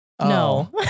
No